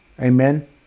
Amen